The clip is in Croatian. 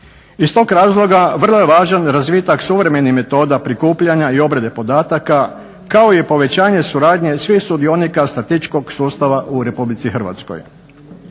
Iz tog razloga vrlo je važan razvitak suvremenih metoda prikupljanja i obrade podataka kao i povećanje suradnje svih sudionika statističkog sustava u Republici Hrvatskoj.